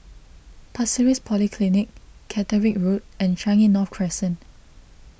Pasir Ris Polyclinic Caterick Road and Changi North Crescent